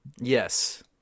Yes